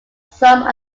some